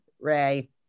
ray